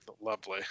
Lovely